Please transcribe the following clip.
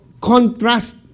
contrast